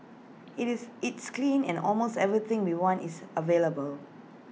IT is it's clean and almost everything we want is available